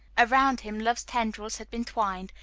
around him love's tendrils had been twined,